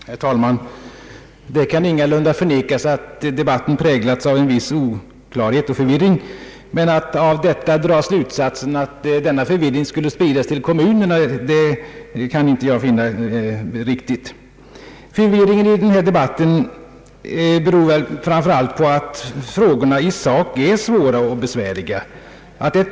Herr talman! Det kan ingalunda förnekas att debatten präglats av viss oklarhet och förvirring. Men att därav dra slutsatsen att denna förvirring skulle spridas till kommunerna kan inte jag finna riktigt. Förvirringen i denna debatt beror väl framför allt på att frågorna i sak är svåra och besvärliga.